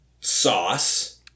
sauce –